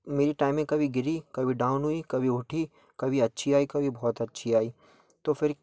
मेरी टाइमिंग कभी गिरी कभी डाउन हुई कभी उठी कभी अच्छी आई कभी बहुत अच्छी आई तो फिर